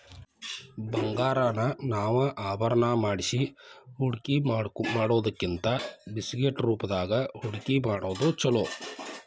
ಬಂಗಾರಾನ ನಾವ ಆಭರಣಾ ಮಾಡ್ಸಿ ಹೂಡ್ಕಿಮಾಡಿಡೊದಕ್ಕಿಂತಾ ಬಿಸ್ಕಿಟ್ ರೂಪ್ದಾಗ್ ಹೂಡ್ಕಿಮಾಡೊದ್ ಛೊಲೊ